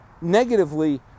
negatively